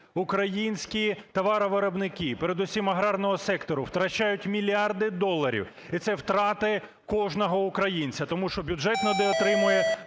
Українські товаровиробники, передусім аграрного сектору, втрачають мільярди доларів, і це втрати кожного українця, тому що бюджет недотримує,